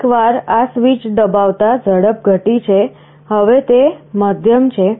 એકવાર આ સ્વીચ દબાવતા ઝડપ ઘટી છે હવે તે મધ્યમ છે